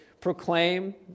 proclaim